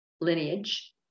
lineage